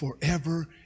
forever